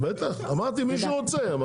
בטח, אמרתי מי שרוצה.